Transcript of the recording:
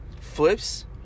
flips